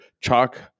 chalk